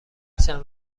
چند